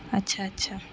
اچھا اچھا